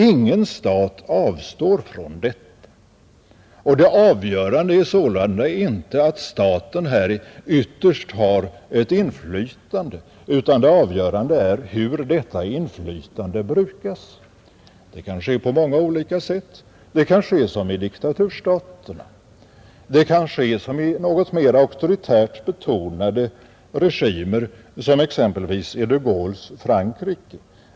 Ingen stat avstår från detta, och det avgörande är sålunda inte att staten här ytterst har ett inflytande utan det avgörande är hur detta inflytande brukas. Det kan ske på många olika sätt. Det kan ske som i diktaturstater, det kan ske som i något mer auktoritärt betonade regimer som exempelvis i de Gaulles Frankrike.